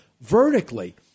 vertically